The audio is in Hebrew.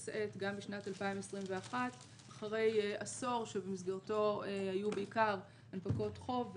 שאת גם בשנת 2021 אחרי עשור שבמסגרתו היו בעיקר הנפקות חוב,